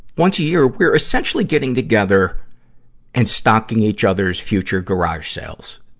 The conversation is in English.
once a year, we're essentially getting together and stocking each other's future garage sales.